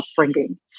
upbringing